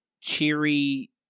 cheery